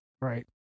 Right